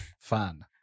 fun